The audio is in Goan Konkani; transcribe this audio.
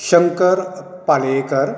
शंकर पाल्येकर